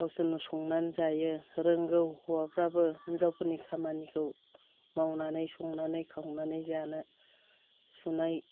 गावसोरनो संनानै जायो रोंगौ हौवाफ्राबो हिन्जावफोरनि खामानिखौ मावनानै संनानै खावनानै जानो सुनाय